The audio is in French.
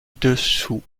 dessous